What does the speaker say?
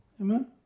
Amen